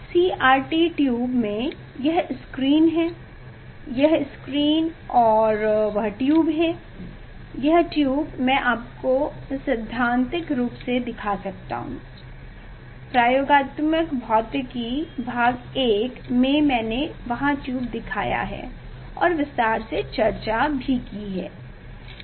CRT tube में यह screen है यह स्क्रीन और वह ट्यूब है यह ट्यूब मैं आपको सिद्धांत रूप में दिखा सकता हूं प्रयोगात्मक भौतिकी I में मैंने वहां ट्यूब दिखाया है और विस्तार से चर्चा की है